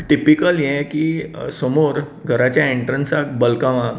typical हे की समोर घराच्या ऍंट्रंसाक बल्कांक आसा